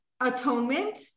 atonement